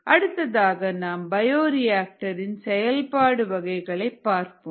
அடுத்ததாக நாம் bioreactor இன் செயல்பாடு வகைகளை பார்ப்போம்